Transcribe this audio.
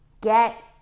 get